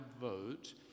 vote